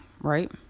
right